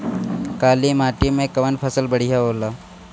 काली माटी मै कवन फसल बढ़िया होला?